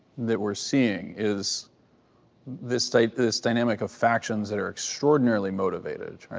that we're seeing is this state, this dynamic of factions that are extraordinarily motivated.